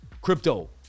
crypto